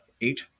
eight